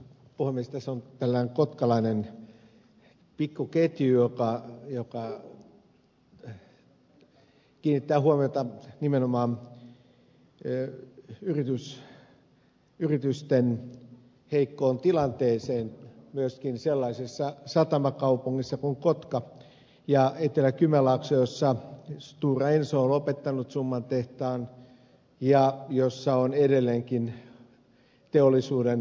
tässä on tällainen kotkalainen pikku ketju joka kiinnittää huomiota nimenomaan yritysten heikkoon tilanteeseen myöskin sellaisessa satamakaupungissa kuin kotkassa ja etelä kymenlaaksossa jossa stora enso on lopettanut summan tehtaan ja jossa on edelleenkin teollisuuden lopettamisuhka